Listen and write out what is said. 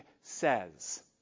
says